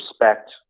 respect